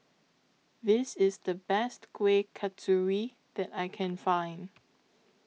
This IS The Best Kuih Kasturi that I Can Find